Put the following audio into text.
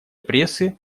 прессы